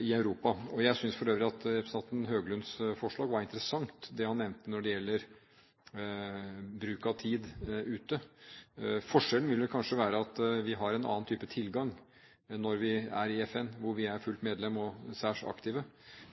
Europa. Jeg synes for øvrig at representanten Høglunds forslag er interessant – det han nevnte når det gjelder bruk av tid ute. Forskjellen vil vel kanskje være at vi har en annen type tilgang når vi er i FN, hvor vi er fullt medlem og særs aktive.